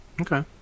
Okay